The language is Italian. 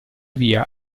via